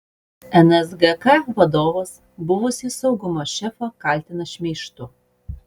nsgk vadovas buvusį saugumo šefą kaltina šmeižtu